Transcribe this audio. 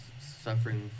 suffering